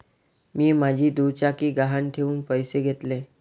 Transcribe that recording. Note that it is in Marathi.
मी माझी दुचाकी गहाण ठेवून पैसे घेतले